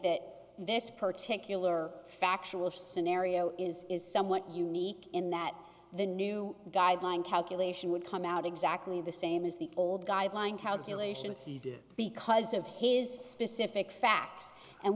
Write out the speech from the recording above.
that this particular factual scenario is is somewhat unique in that the new guideline calculation would come out exactly the same as the old guideline calculation he did because of his specific facts and